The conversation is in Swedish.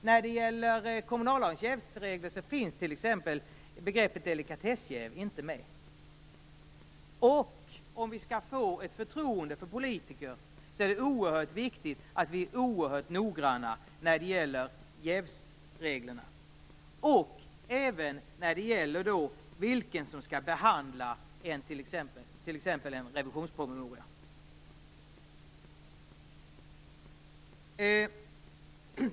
När det gäller kommunallagens jävsregler finns t.ex. begreppet delikatessjäv inte med. Om vi skall få ett förtroende för politiker är det oerhört viktigt att vi är oerhört noggranna när det gäller jävsreglerna, och även när det gäller vem som skall behandla t.ex. en revisionspromemoria.